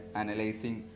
analyzing